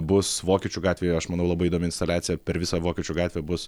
bus vokiečių gatvėje aš manau labai įdomi instaliacija per visą vokiečių gatvę bus